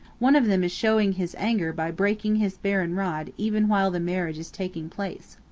one of them is showing his anger by breaking his barren rod even while the marriage is taking place.